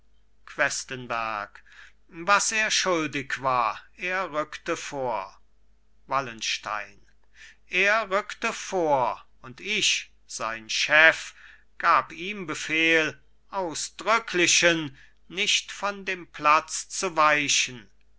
questenberg was er schuldig war er rückte vor wallenstein er rückte vor und ich sein chef gab ihm befehl ausdrücklichen nicht von dem platz zu weichen